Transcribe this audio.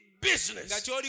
business